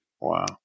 Wow